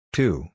Two